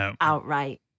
outright